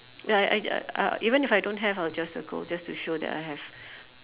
ya I ya uh even if I don't have I'll just circle just to show that I have